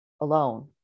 alone